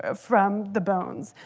ah from the bones.